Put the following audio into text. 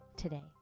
today